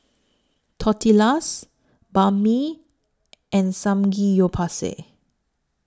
Tortillas Banh MI and Samgeyopsal